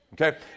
okay